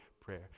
prayer